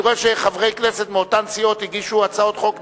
אני רואה שחברי כנסת מאותן סיעות הגישו הצעות חוק נפרדות.